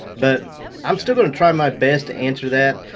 but i'm still gonna try my best to answer that.